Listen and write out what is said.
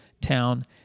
town